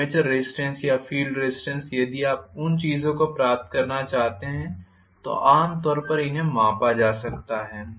armature resistance या field resistance यदि आप उन चीजों को प्राप्त करना चाहते हैं तो आम तौर पर इन्हें मापा सकता है